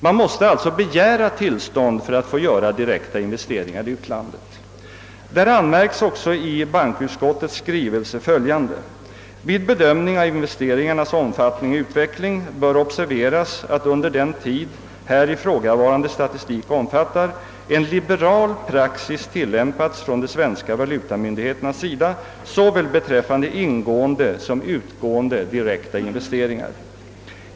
Man måste alltså begära tillstånd för att få göra direkta investeringar i utlandet. I en PM som fogats till valutastyrelsens berättelse heter det bl.a.: »Vid bedömning av investeringarnas omfattning och utveckling bör observeras att under den tid här ifrågavarande statistik omfattar en liberal praxis tillämpats från de svenska valutamyndigheternas sida såväl beträffande ingående som utgående direkta investeringar.